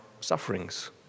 sufferings